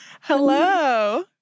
Hello